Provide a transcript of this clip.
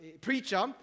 preacher